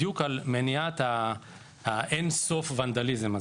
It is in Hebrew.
בדיוק על מניעת האין-סוף ונדליזם הזה.